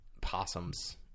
possums